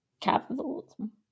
capitalism